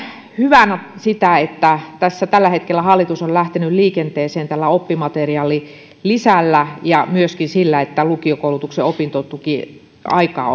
hyvänä sitä että tällä hetkellä hallitus on lähtenyt tässä liikenteeseen oppimateriaalilisällä ja myöskin sillä että lukiokoulutuksen opintotukiaikaa